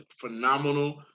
phenomenal